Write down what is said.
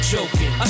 Joking